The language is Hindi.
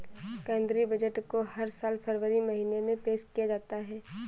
केंद्रीय बजट को हर साल फरवरी महीने में पेश किया जाता है